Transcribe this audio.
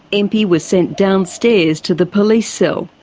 einpwy was sent downstairs to the police so